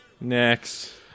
Next